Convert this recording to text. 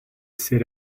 sit